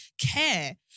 care